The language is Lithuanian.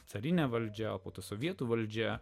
carinę valdžią po to sovietų valdžia